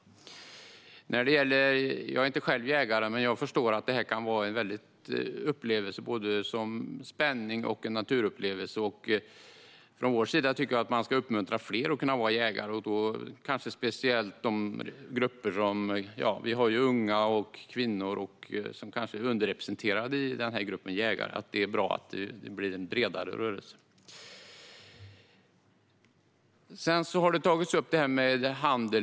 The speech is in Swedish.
Jag är inte själv jägare, men jag förstår att jakt kan innebära en stor upplevelse med både spänning och naturupplevelse. Vi tycker att man ska uppmuntra fler att bli jägare. Det gäller speciellt unga och kvinnor, som är underrepresenterade i gruppen jägare. Det vore bra om det blev en bredare rörelse. Handel med viltkött har tagits upp.